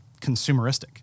consumeristic